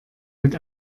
mit